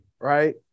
Right